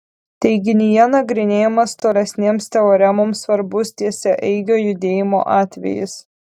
teiginyje nagrinėjamas tolesnėms teoremoms svarbus tiesiaeigio judėjimo atvejis